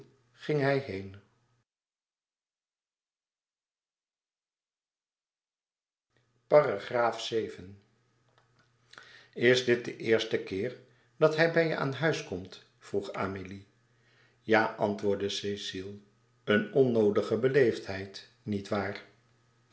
ging hij heen is dit de eerste keer dat hij bij je aan huis komt vroeg amélie ja antwoordde cecile een onnoodige beleefdheid niet waar